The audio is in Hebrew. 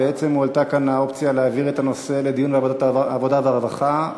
בעצם הועלתה כאן האופציה להעביר את הנושא לדיון בוועדת העבודה והרווחה.